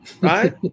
right